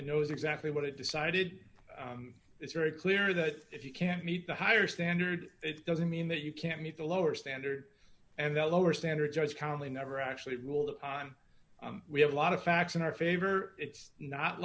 knows exactly what it decided it's very clear that if you can't meet the higher standard it doesn't mean that you can't meet the lower standards and that lower standards judge calmly never actually rule of time we have a lot of facts in our favor it's not